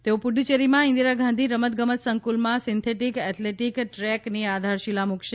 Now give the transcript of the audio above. તેઓ પુદુચેરીમાં ઇન્દિરા ગાંધી રમત ગમત સંકુલમાં સિન્થેટીક એથ્લેટિક ટ્રેકની આધારશીલા મુકશે